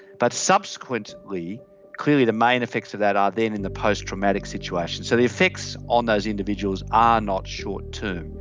but subsequently clearly the main effects of that are then in the post-traumatic situation. so the effects on those individuals are not short-term,